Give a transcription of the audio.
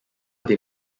they